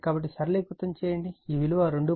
కాబట్టి సరళీకృతం చేయండి ఈ విలువ 2